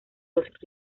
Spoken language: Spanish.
los